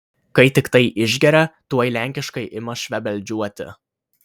kai tiktai išgeria tuoj lenkiškai ima švebeldžiuoti